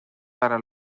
para